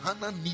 hannah